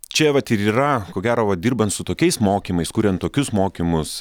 čia vat ir yra ko gero vat dirbant su tokiais mokymais kuriant tokius mokymus